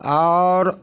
आओर